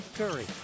Curry